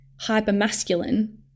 hyper-masculine